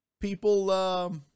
People